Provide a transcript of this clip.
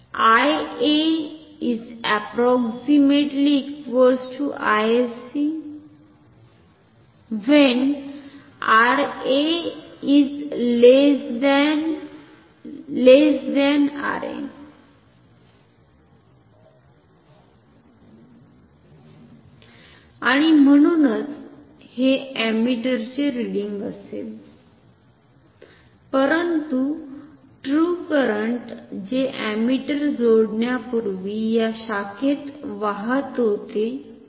आणि म्हणूनच हे अमीटरचे रिडिंग असेल परंतु ट्रु करंट जे अमीटर जोडण्यापुर्वी या शाखेत वाहत होते ते In होते